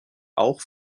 auch